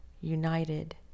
united